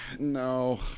no